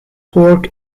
pork